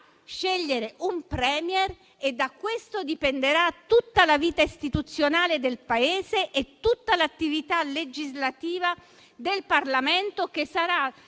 scegliere un *Premier* e da questo dipenderà tutta la vita istituzionale del Paese e tutta l'attività legislativa del Parlamento, che sarà